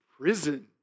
prison